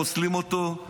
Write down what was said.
פוסלים אותו.